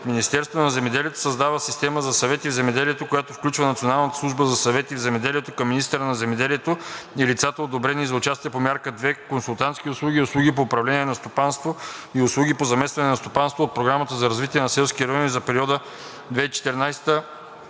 Министерството на земеделието създава Система за съвети в земеделието, която включва Националната служба за съвети в земеделието към министъра на земеделието и лицата, одобрени за участие по мярка 2 „Консултантски услуги, услуги по управление на стопанство и услуги по заместване в стопанство“ от Програмата за развитие на селските райони за периода 2014